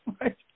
right